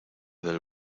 del